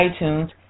iTunes